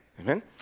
Amen